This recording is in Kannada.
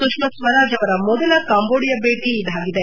ಸುಷ್ಮಾ ಸ್ವರಾಜ್ ಅವರ ಮೊದಲ ಕಾಂಬೋಡಿಯಾ ಭೇಟಿ ಇದಾಗಿದೆ